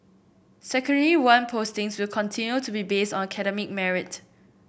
Secondary One postings will continue to be based on academic merit